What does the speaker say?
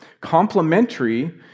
Complementary